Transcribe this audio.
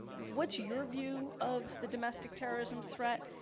what's your view of the domestic terrorism threat?